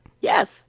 Yes